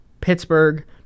Pittsburgh